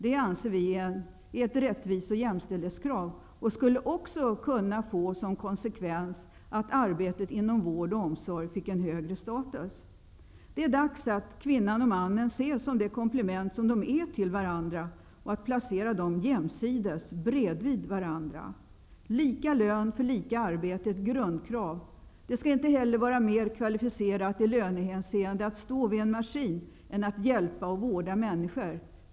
Det anser vi är ett rättvise och jämställdhetskrav. Det skulle också kunna få såsom konsekvens att arbetet inom vård och omsorg fick en högre status. Det är dags att kvinnan och mannen ses som det komplement som de är till varandra och att man placerar dem jämsides bredvid varandra. Lika lön för lika arbete är ett grundkrav. Det får inte vara mer kvalificerat i lönehänseende att stå vid en maskin än att hjälpa och vårda människor.